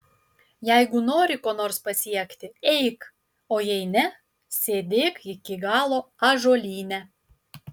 jeigu nori ko nors pasiekti eik o jei ne sėdėk iki galo ąžuolyne